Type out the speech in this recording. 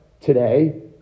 today